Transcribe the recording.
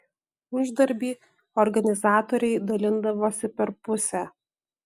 uždarbį organizatoriai dalindavosi per pusę